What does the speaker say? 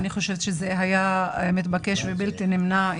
אני חושבת שזה היה מתבקש ובלתי נמנע.